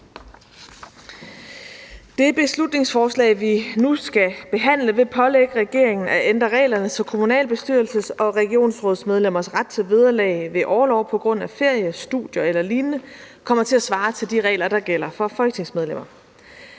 Det beslutningsforslag, vi nu skal behandle, vil pålægge regeringen at ændre reglerne, så kommunalbestyrelses- og regionsrådsmedlemmers ret til vederlag ved orlov på grund af ferie, studier eller lignende kommer til at svare til de regler, der gælder for folketingsmedlemmer.